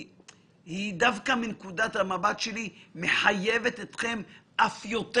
דווקא מנקודת המבט שלי מחייבת אתכם אף יותר.